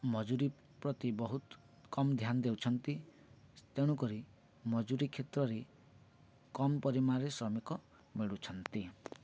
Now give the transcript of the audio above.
ମଜୁରୀ ପ୍ରତି ବହୁତ କମ୍ ଧ୍ୟାନ ଦେଉଛନ୍ତି ତେଣୁକରି ମଜୁରୀ କ୍ଷେତ୍ରରେ କମ୍ ପରିମାଣରେ ଶ୍ରମିକ ମିଳୁଛନ୍ତି